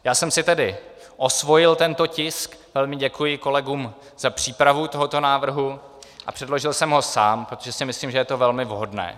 Já jsem si tedy osvojil tento tisk, velmi děkuji kolegům za přípravu tohoto návrhu, a předložil jsem ho sám, protože si myslím, že je to velmi vhodné.